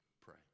pray